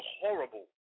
horrible